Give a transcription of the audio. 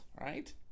right